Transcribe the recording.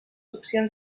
opcions